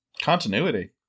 Continuity